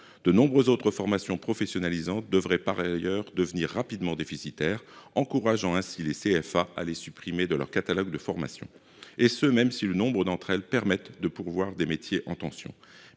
De nombreuses autres formations professionnalisantes devraient par ailleurs devenir rapidement déficitaires, encourageant ainsi les CFA à les supprimer de leur catalogue de formation, et ce même si nombre d’entre elles permettent de pourvoir des métiers en tension.